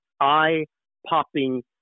eye-popping